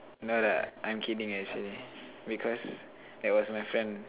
you know that I'm kidding actually because that was my friend